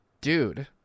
Dude